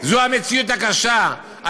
זו המציאות הקשה.